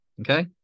Okay